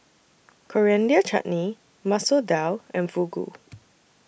Coriander Chutney Masoor Dal and Fugu